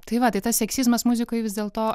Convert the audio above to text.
tai matyta seksizmas muzikoj vis dėlto